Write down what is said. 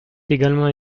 également